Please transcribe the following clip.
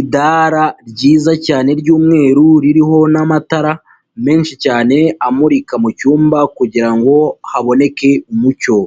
idara ryiza cyane ry'umweru ririho n'amatara menshi cyane amurika mu cyumba kugira ngo haboneke umucyo.